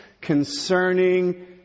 concerning